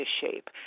shape